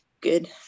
good